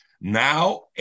Now